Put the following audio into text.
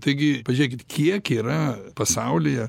taigi pažiūrėkit kiek yra pasaulyje